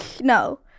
no